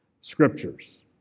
scriptures